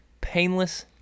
painless